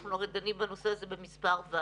אנחנו הרי דנים בנושא הזה במספר ועדות.